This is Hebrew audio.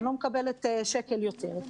אני לא מקבלת שקל יותר.